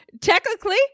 technically